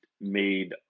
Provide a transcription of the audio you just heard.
made